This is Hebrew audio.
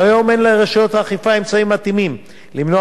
כיום אין לרשויות האכיפה אמצעים מתאימים למנוע